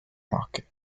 market